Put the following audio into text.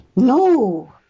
no